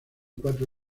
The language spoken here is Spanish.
cuatro